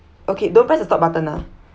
okay don't press the stop button ah